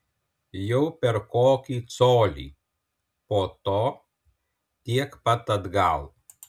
jau per kokį colį po to tiek pat atgal